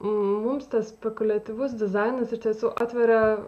mums tas spekuliatyvus dizainas iš tiesų atveria